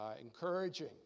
encouraging